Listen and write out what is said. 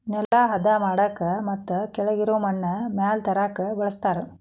ನೆಲಾ ಹದಾ ಮಾಡಾಕ ಮತ್ತ ಕೆಳಗಿರು ಮಣ್ಣನ್ನ ಮ್ಯಾಲ ತರಾಕ ಬಳಸ್ತಾರ